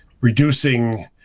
reducing